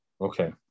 Okay